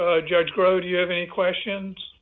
a judge crowed you have any questions